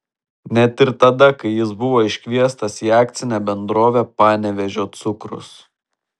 net ir tada kai jis buvo iškviestas į akcinę bendrovę panevėžio cukrus